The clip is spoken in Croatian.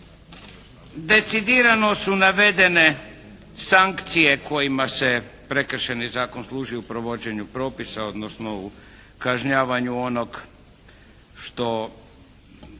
Decidirano su navedene sankcije kojim se Prekršajni zakon služi u provođenju propisa, odnosno u kažnjavanju onog što